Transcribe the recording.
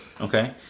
okay